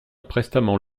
prestement